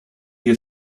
you